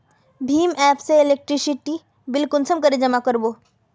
भीम app से electricity bill कुंसम करे जमा कर बो?